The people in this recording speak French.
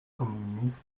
communiste